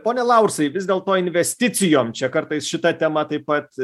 pone laursai vis dėlto investicijom čia kartais šita tema taip pat